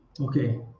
Okay